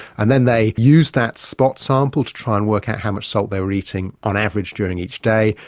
and then they used that spot sample to try and work out how much salt they were eating on average during each day.